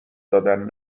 دادن